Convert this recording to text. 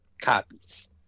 copies